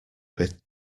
bit